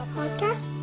podcast